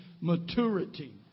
maturity